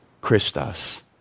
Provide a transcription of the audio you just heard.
Christos